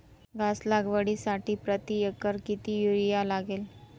घास लागवडीसाठी प्रति एकर किती युरिया लागेल?